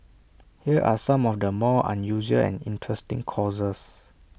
here are some of the more unusual and interesting courses